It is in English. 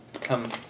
Come